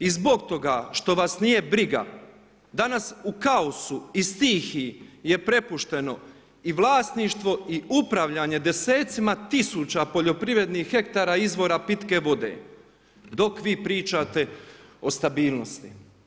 I zbog toga što vas nije briga danas u kaosu i stihiji je prepušteno i vlasništvo i upravljanje desecima tisuća poljoprivrednih hektara izvora pitke vode, dok vi pričate o stabilnosti.